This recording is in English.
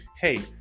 hey